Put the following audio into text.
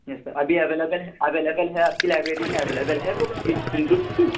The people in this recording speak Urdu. یس سر ابھی اویلیبل ہے اویلیبل ہے آپ کی لائبریری میں اویلیبل ہے بک ہندوت کی